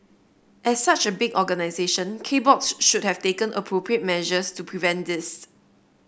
as such a big organisation K Box should have taken appropriate measures to prevent this